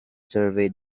surveyed